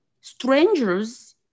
strangers